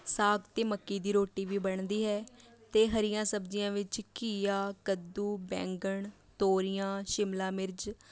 ਸਾਗ ਅਤੇ ਮੱਕੀ ਦੀ ਰੋਟੀ ਵੀ ਬਣਦੀ ਹੈ ਅਤੇ ਹਰੀਆਂ ਸਬਜ਼ੀਆਂ ਵਿੱਚ ਘੀਆ ਕੱਦੂ ਬੈਂਗਣ ਤੋਰੀਆਂ ਸ਼ਿਮਲਾ ਮਿਰਚ